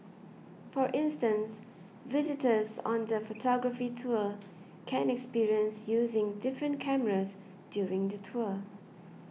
for instance visitors on the photography tour can experience using different cameras during the tour